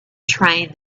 train